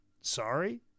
sorry